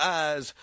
eyes